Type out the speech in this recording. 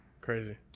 Crazy